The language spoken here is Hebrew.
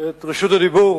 את רשות הדיבור